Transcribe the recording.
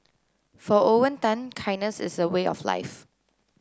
for Owen Tan kindness is a way of life